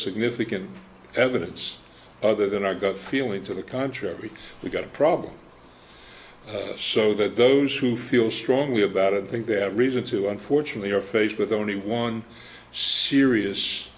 significant evidence other than our gut feeling to the contrary we've got a problem so that those who feel strongly about it think they have reason to unfortunately are faced with only one serious